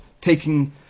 taking